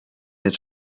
had